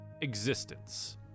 existence